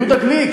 ביהודה גליק,